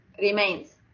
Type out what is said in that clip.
remains